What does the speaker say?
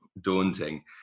daunting